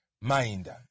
mind